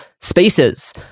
spaces